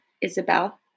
Isabel